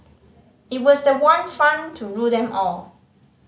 it was the one fund to rule them all